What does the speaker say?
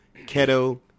Keto